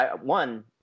One